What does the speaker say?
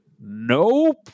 Nope